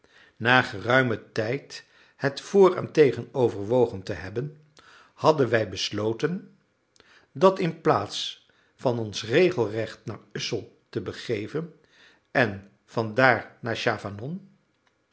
na geruimen tijd het vr en tegen overwogen te hebben hadden wij besloten dat inplaats van ons regelrecht naar ussel te begeven en van